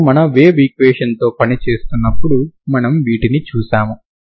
మనము మన వేవ్ ఈక్వేషన్తో పని చేస్తున్నప్పుడు మనము వీటిని చూశాము